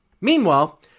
Meanwhile